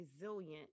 resilient